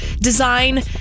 design